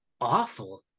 awful